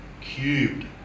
cubed